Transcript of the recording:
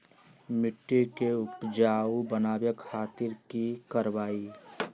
मिट्टी के उपजाऊ बनावे खातिर की करवाई?